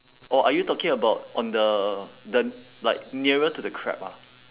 or are you talking about on the the like nearer to the crab ah